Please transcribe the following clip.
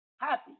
happy